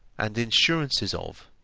and insurances of,